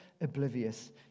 oblivious